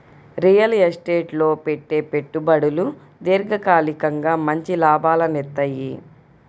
real estate లో పెట్టే పెట్టుబడులు దీర్ఘకాలికంగా మంచి లాభాలనిత్తయ్యి